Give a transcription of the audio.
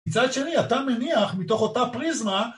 מצד שני אתה מניח מתוך אותה פריזמה